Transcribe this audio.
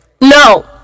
No